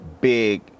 big